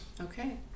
Okay